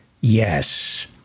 Yes